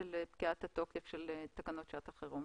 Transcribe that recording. של פקיעת התוקף של תקנות שעת החירום,